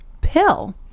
pill